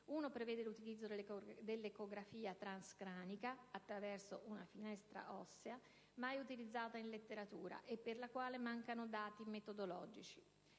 uno prevede l'utilizzo dell'ecografia transcranica, attraverso una finestra ossea (sopracondilare) mai utilizzata in letteratura e per la quale mancano dati metodologici;